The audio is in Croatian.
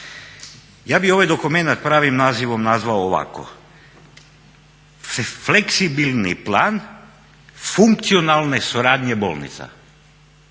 Ja bih ovaj dokumenat pravim nazivom nazvao ovako – fleksibilni plan funkcionalne suradnje bolnica,